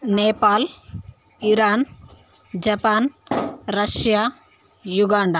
Nepal Iran Japan Russia Uganda